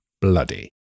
bloody